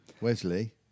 Wesley